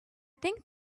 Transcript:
think